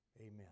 Amen